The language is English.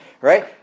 right